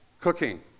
cooking